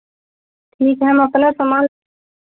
ठीक है हम अपना सामान